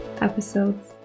episodes